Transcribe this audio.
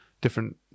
different